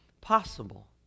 possible